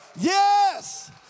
Yes